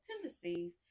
tendencies